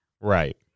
Right